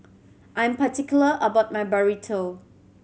I'm particular about my Burrito